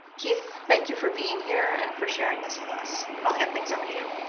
keith, thank you for being here and for sharing this with us, i'll hand things over to you.